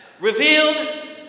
Revealed